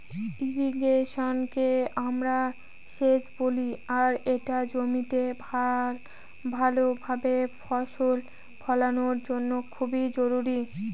ইর্রিগেশনকে আমরা সেচ বলি আর এটা জমিতে ভাল ভাবে ফসল ফলানোর জন্য খুব জরুরি